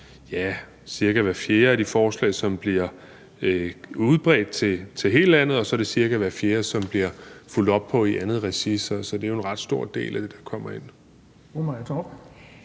cirka hvert fjerde af de forslag, som bliver udbredt til hele landet, og så er det cirka hvert fjerde, som der bliver fulgt op på i andet regi. Så det er en ret stor del af det, der kommer ind.